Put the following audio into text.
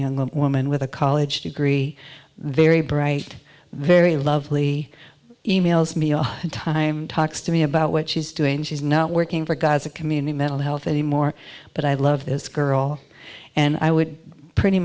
young woman with a college degree very bright very lovely emails me all the time talks to me about what she's doing she's not working for gaza community mental health anymore but i love this girl and i would pretty